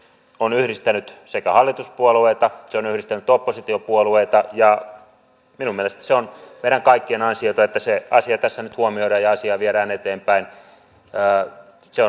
on yhdistänyt sekä hallituspuoluetta tyynyistä oppositiopuoluetta ja jones on meidän kaikkien ansiota että se asia tässä nyt huomioida ja asia viedään eteenpäin jää se on